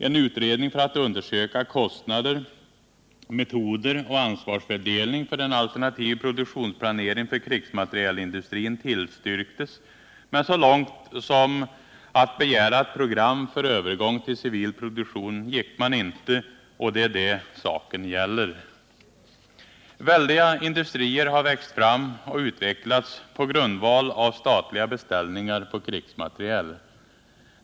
En utredning för att undersöka kostnader, metoder och ansvarsfördelning för en alternativ produktionsplanering för krigsmaterielindustrin tillstyrktes, men så långt som att begära ett program för övergång till civil produktion gick man inte. Och det är det saken gäller. Väldiga industrier har växt fram och utvecklats på grundval av statliga beställningar på krigsmateriel.